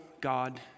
God